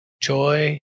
joy